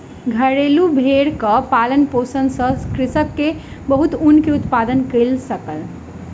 घरेलु भेड़क पालन पोषण सॅ कृषक के बहुत ऊन के उत्पादन कय सकल